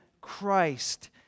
Christ